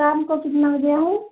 शाम को कितना बजा आएं